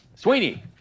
Sweeney